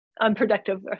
unproductive